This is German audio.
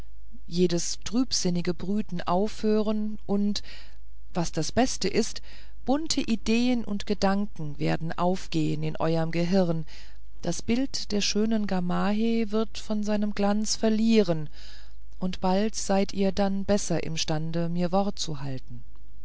jedes trübsinnige brüten aufhören und was das beste ist bunte ideen und gedanken werden aufgehen in euerm gehirn das bild der schönen gamaheh wird von seinem glanz verlieren und bald seid ihr dann besser imstande mir wort zu halten